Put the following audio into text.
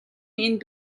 энд